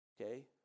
okay